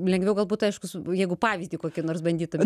lengviau galbūt aišku su jeigu pavyzdį kokį nors bandytume